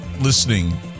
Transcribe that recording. listening